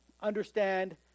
understand